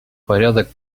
порядок